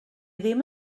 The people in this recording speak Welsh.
ddim